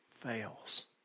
fails